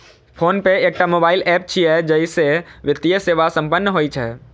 PhonePe एकटा mobile app छियै, जइसे वित्तीय सेवा संपन्न होइ छै